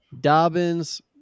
Dobbin's